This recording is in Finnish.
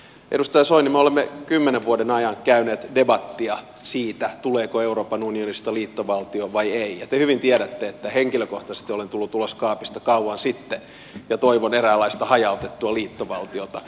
edustaja soini me olemme kymmenen vuoden ajan käyneet debattia siitä tuleeko euroopan unionista liittovaltio vai ei ja te hyvin tiedätte että henkilökohtaisesti olen tullut ulos kaapista kauan sitten ja toivon eräänlaista hajautettua liittovaltiota